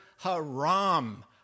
haram